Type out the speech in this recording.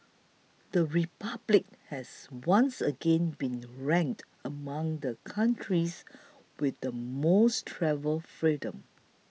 the Republic has once again been ranked among the countries with the most travel freedom